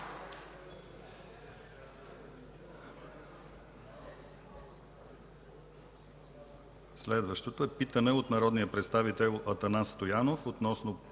Следва питане от народния представител Атанас Стоянов относно